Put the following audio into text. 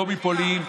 לא מפולין,